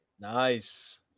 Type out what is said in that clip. Nice